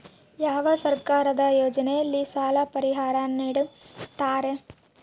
ಯಾವ ಸರ್ಕಾರದ ಯೋಜನೆಯಲ್ಲಿ ಸಾಲ ಪರಿಹಾರ ನೇಡುತ್ತಾರೆ?